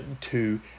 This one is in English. two